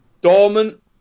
dormant